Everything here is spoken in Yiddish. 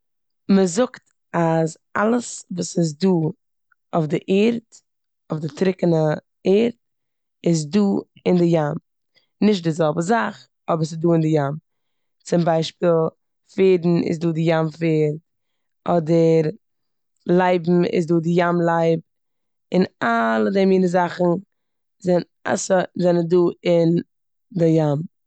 מ'זאגט אז אלעס וואס איז דא אויף די ערד, אויף די טרוקענע ערד, איז דא אין די ים. נישט די זעלבע זאך אבער ס'דא אין די ים. צום ביישפיל פערדן איז דא די ים פערד, אדער לייבן איז דא די ים לייב און אלע די מינע זאכן זענען- אס- זענען דא אין די ים.